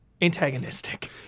antagonistic